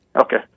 Okay